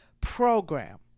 program